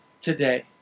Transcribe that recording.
today